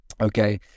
Okay